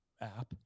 app